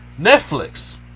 Netflix